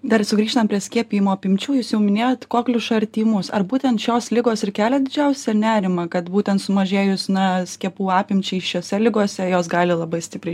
dar sugrįžtan prie skiepijimo apimčių jūs jau minėjot kokliušą ir tymus ar būtent šios ligos ir kelia didžiausią nerimą kad būtent sumažėjus na skiepų apimčiai šiose ligose jos gali labai stipriai